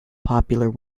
popular